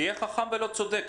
תהיה חכם ולא צודק.